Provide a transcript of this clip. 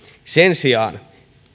sen sijaan